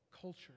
culture